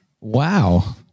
Wow